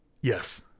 Yes